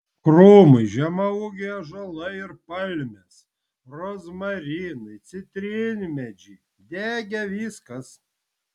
krūmai žemaūgiai ąžuolai ir palmės rozmarinai citrinmedžiai degė viskas